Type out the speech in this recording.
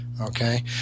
Okay